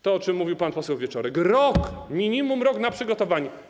To, o czym mówił pan poseł Wieczorek: rok, minimum rok na przygotowanie.